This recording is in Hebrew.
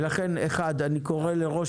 ולכן, אחד, אני קורא לראש